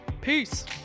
Peace